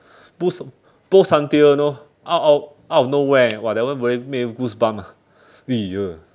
pose until you know out of out of nowhere !wah! that one really make you goosebump ah !eeyer!